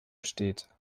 besteht